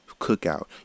cookout